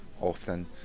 often